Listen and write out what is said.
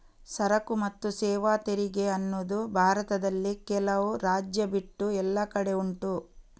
ಸರಕು ಮತ್ತು ಸೇವಾ ತೆರಿಗೆ ಅನ್ನುದು ಭಾರತದಲ್ಲಿ ಕೆಲವು ರಾಜ್ಯ ಬಿಟ್ಟು ಎಲ್ಲ ಕಡೆ ಉಂಟು